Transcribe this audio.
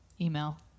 email